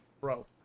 bro